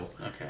okay